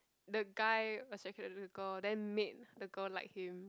the guy attracted to the girl then make the girl like him